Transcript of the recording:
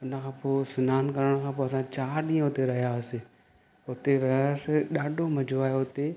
हुन खां पोइ सनानु करण खां पोइ असां चारि ॾींहं हुते रहिया हुआसीं उते रहियासीं ॾाढो मज़ो आहियो हुते